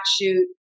shoot